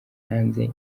hanze